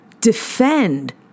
defend